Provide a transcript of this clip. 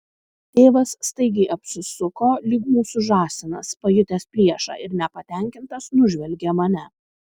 tėvas staigiai apsisuko lyg mūsų žąsinas pajutęs priešą ir nepatenkintas nužvelgė mane